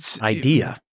idea